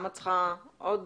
לא.